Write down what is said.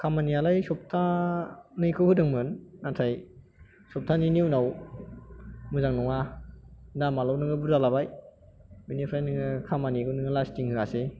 खामानियालाय सब्थानैखौ होदोंमोन नाथाय सब्थानैनि उनाव मोजां नङा दामाल' नोङो बुरजा लाबाय बेनिफ्राय नोङो खामानिखौनो लास्टिं होआसै